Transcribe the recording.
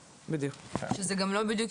אני כאן מדברת